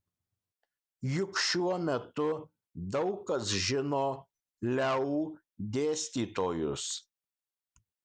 juk šiuo metu daug kas žino leu dėstytojus